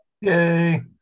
Yay